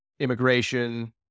Immigration